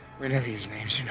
we never use names,